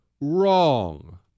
wrong